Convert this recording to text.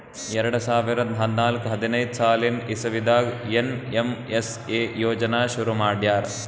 ಎರಡ ಸಾವಿರದ್ ಹದ್ನಾಲ್ಕ್ ಹದಿನೈದ್ ಸಾಲಿನ್ ಇಸವಿದಾಗ್ ಏನ್.ಎಮ್.ಎಸ್.ಎ ಯೋಜನಾ ಶುರು ಮಾಡ್ಯಾರ್